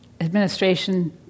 administration